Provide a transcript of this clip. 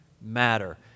matter